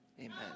Amen